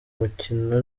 mukino